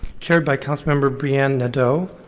chaired by councilmember brianne nadeau,